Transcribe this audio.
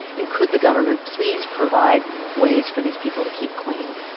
and could the government please provide ways for these people to keep clean?